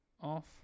Off